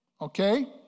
okay